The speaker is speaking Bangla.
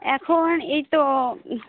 এখন এই তো